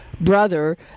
brother